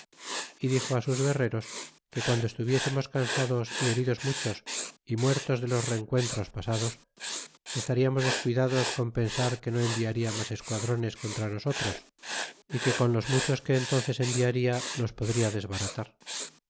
y dixo á sus guerreros que guando estuviésemos cansados y heridos muchos y muertos de los rencuentros pasados que estariamos descuidados con pensar que no enviarla mas esquadrones contra nosotros é que con los muchos que entónces enviarla nos podria desbaratar